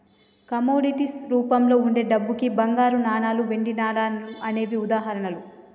commodities రూపంలో వుండే డబ్బుకి బంగారపు నాణాలు, వెండి నాణాలు అనేవే ఉదాహరణలు